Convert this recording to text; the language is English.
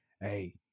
hey